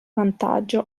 vantaggio